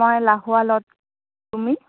মই লাহোৱালত তুমি